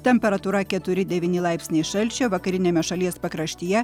temperatūra keturi devyni laipsniai šalčio vakariniame šalies pakraštyje